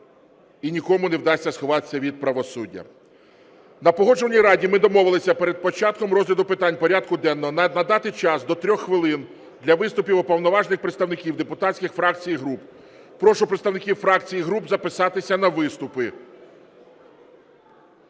ніяких онлайн-трансляцій в залі. На Погоджувальній раді ми домовилися перед початком розгляду питань порядку денного надати час до 3 хвилин для виступів уповноважених представників депутатських фракцій і груп. Прошу представників фракцій і груп записатися на виступи.